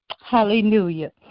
Hallelujah